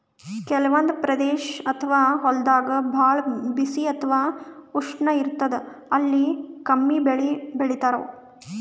ಕೆಲವಂದ್ ಪ್ರದೇಶ್ ಅಥವಾ ಹೊಲ್ದಾಗ ಭಾಳ್ ಬಿಸಿ ಅಥವಾ ಉಷ್ಣ ಇರ್ತದ್ ಅಲ್ಲಿ ಕಮ್ಮಿ ಬೆಳಿ ಬೆಳಿತಾವ್